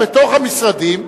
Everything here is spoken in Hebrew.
בתוך המשרדים,